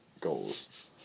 goals